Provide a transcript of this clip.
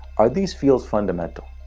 are these fields fundamental?